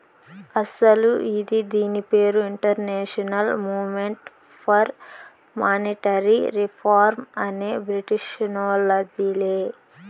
అస్సలు ఇది దీని పేరు international movement for monetary reform అనే బ్రిటీషోల్లదిలే